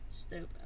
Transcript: Stupid